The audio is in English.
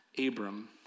Abram